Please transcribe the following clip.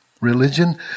Religion